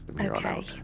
okay